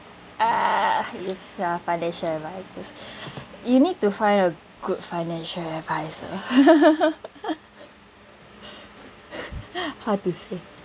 ah with your financial adviser you need to find a good financial adviser how to say